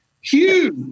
Huge